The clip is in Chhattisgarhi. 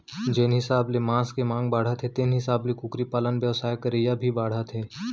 जेन हिसाब ले मांस के मांग ह बाढ़त हे तेन हिसाब ले कुकरी पालन बेवसाय करइया भी बाढ़त हें